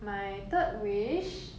my third wish